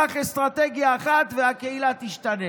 קח אסטרטגיה אחת, והקהילה תשתנה.